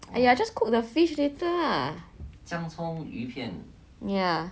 !aiya! just cook the fish later ah